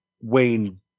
Wayne